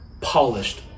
polished